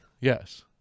Yes